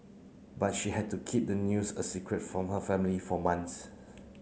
but she had to keep the news a secret from her family for months